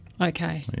Okay